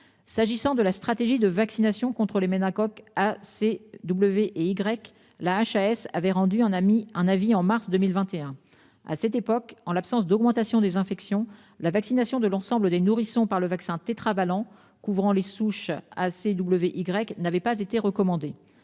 s'agissant de la stratégie de vaccination contre les méningocoques A C W et Y la HAS avait rendu en a mis un avis en mars 2021 à cette époque en l'absence d'augmentation des infections. La vaccination de l'ensemble des nourrissons par le vaccins tétravalents couvrant les souches A C W Y n'avait pas été recommandé